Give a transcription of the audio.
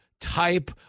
type